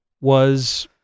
was-